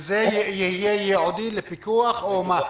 וזה יהיה ייעודי לפיקוח או מה?